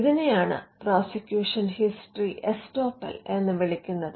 ഇതിനെയാണ് prosecution history estoppel എന്ന് വിളിക്കുന്നത്